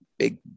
big